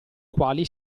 quali